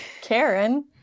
karen